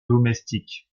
domestique